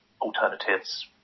alternatives